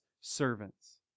servants